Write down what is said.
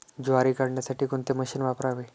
ज्वारी काढण्यासाठी कोणते मशीन वापरावे?